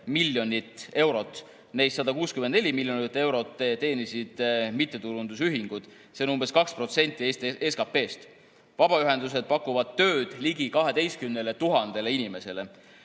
eurot, neist 164 miljonit eurot teenisid mittetulundusühingud, see on umbes 2% Eesti SKT-st. Vabaühendused pakuvad tööd ligi 12 000 inimesele.